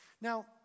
Now